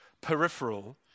peripheral